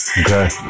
okay